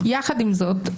עם זאת,